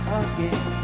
again